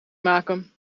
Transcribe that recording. maken